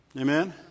Amen